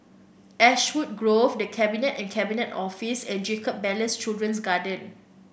Ashwood Grove The Cabinet and Cabinet Office and Jacob Ballas Children's Garden